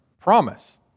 promise